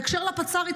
בהקשר לפצ"רית,